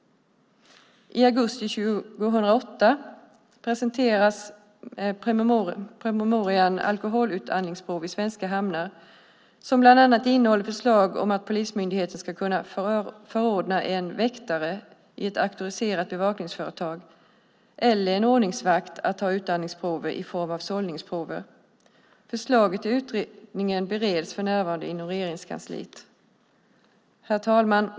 I augusti 2008 presenterades promemorian Alkoholutandningsprov i svenska hamnar som bland annat innehåller förslag om att polismyndigheter ska kunna förordna en väktare i ett auktoriserat bevakningsföretag eller en ordningsvakt att ta utandningsprover i form av sållningsprover. Förslaget i utredningen bereds för närvarande inom Regeringskansliet. Herr talman!